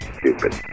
Stupid